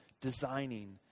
designing